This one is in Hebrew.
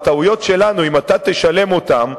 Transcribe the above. הטעויות שלנו, אם אתה תשלם אותן,